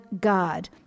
God